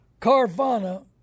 Carvana